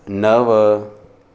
नव